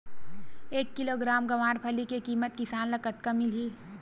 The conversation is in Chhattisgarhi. एक किलोग्राम गवारफली के किमत किसान ल कतका मिलही?